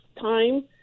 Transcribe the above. time